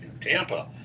Tampa